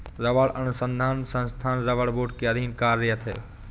रबड़ अनुसंधान संस्थान रबड़ बोर्ड के अधीन कार्यरत है